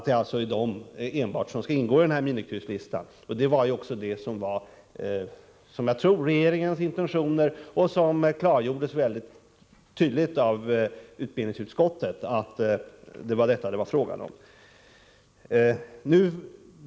Detta var förmodligen också regeringens intentioner, och det klargjordes mycket tydligt av utbildningsutskottet att det var fråga om sådana ämnesområden.